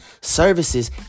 services